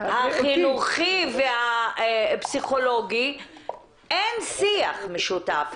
החינוכי והפסיכולוגי - אין שיח משותף.